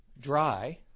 Dry